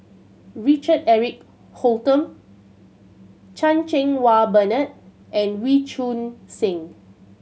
Richard Eric Holttum Chan Cheng Wah Bernard and Wee Choon Seng